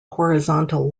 horizontal